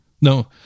No